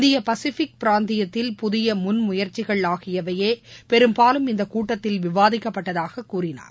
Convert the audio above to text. இந்திய பசிபிக் பிராந்தியத்தில் புதிய முன்முயற்சிகள் ஆகியவையே பெரும்பாலும் இந்தக் கூட்டத்தில் விவாதிக்கப்பட்டதாகக் கூறினார்